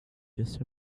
just